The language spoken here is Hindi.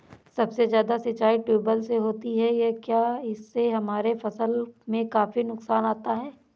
सबसे ज्यादा सिंचाई ट्यूबवेल से होती है क्या इससे हमारे फसल में काफी नुकसान आता है?